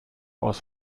aus